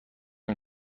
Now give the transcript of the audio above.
این